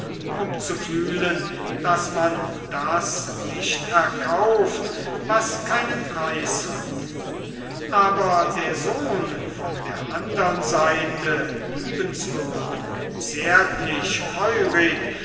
um zu fühlen daß man das nicht erkauft was keinen preis hat aber der sohn von der andern seite liebenswürdig zärtlich